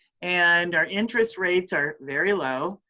and our interest rates are very low.